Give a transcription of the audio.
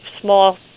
small